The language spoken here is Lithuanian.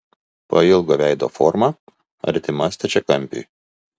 pailgo veido forma artima stačiakampiui